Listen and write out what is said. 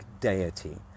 deity